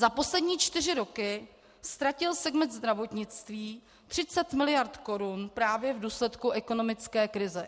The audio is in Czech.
Za poslední čtyři roky ztratil segment zdravotnictví 30 mld. korun právě v důsledku ekonomické krize.